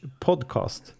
podcast